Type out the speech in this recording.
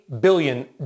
billion